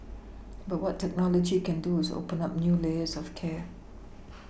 but what technology can do is open up new layers of care